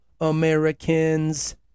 Americans